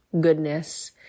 goodness